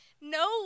no